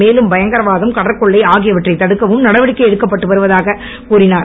மேலும் பயங்கரவாதம் கடற்கொள்ளை ஆகியவற்றை தடுக்கவும் நடவடிக்கை எடுக்கப்பட்டு வருவதாக கூறினார்